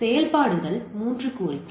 செயல்பாடுகள் 3 கோரிக்கை